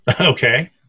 Okay